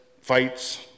fights